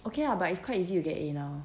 okay lah but it's quite easy to get in lor